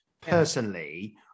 personally